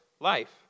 life